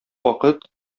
вакыт